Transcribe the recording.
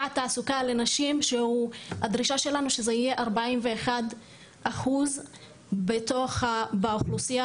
הדרישה שלנו שזה יהיה 41% באוכלוסייה